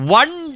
one